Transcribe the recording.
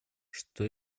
что